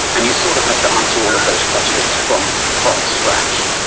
and you sort of have to answer all of those questions from from scratch.